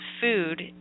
food